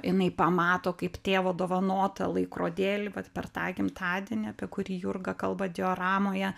jinai pamato kaip tėvo dovanotą laikrodėlį vat per tą gimtadienį apie kurį jurga kalba dioramoje